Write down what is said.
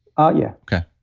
ah yeah okay.